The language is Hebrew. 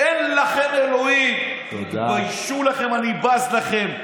אין לכם אלוהים"; "תתביישו לכם"; "אני בז לכם".